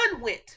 went